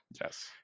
Yes